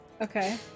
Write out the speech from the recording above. okay